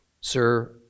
Sir